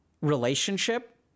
relationship